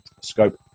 scope